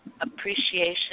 appreciation